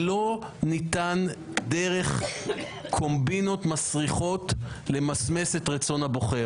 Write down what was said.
ולא ניתן דרך קומבינות מסריחות למסמס את רצון הבוחר.